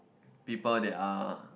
people that are